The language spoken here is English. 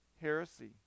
heresy